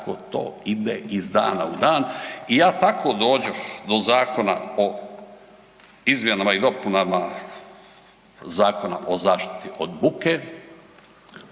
tako to ide iz dana u dan. I ja tako dođoh do zakona o izmjenama i dopunama Zakona o zaštiti buke